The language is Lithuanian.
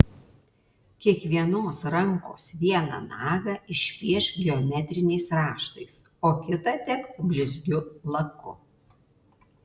kiekvienos rankos vieną nagą išpiešk geometriniais raštais o kitą tepk blizgiu laku